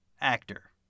actor